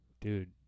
dude